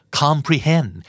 comprehend